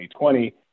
2020